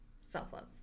self-love